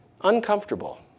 uncomfortable